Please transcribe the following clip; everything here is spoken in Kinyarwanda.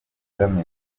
agamije